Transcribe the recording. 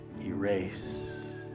erase